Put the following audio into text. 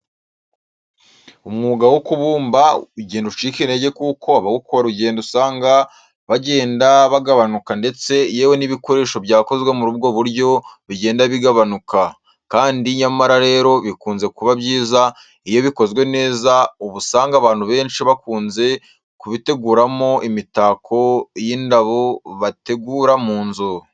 Umwuga wo kubumba ugenda ucika intege kuko abawukora ugenda usanga bagenda bagabanuka ndetse yewe n'ibikoresho byakozwe muri ubwo buryo bigenda bigabanuka, kandi nyamara rero bikunze kuba byiza iyo bikozwe neza uba usanga abantu benshi bakunze kubiteguramo imitako y'indabo bategura mu nzu.